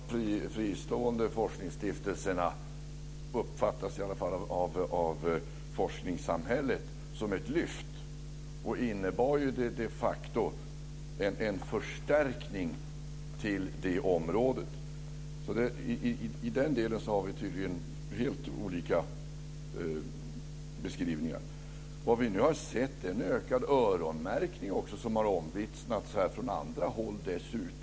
Fru talman! Tillskapandet av de fristående forskningsstiftelserna uppfattas i alla fall av forskningssamhället som ett lyft och innebar de facto en förstärkning till det området. I den delen har vi tydligen helt olika beskrivningar. Vad vi nu har sett är en ökad öronmärkning som dessutom har omvittnats från andra håll.